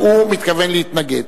תודה.